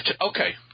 okay